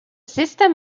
system